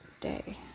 day